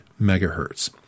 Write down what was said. megahertz